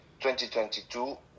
2022